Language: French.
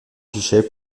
guichet